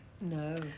No